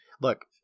Look